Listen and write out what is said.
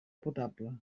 potable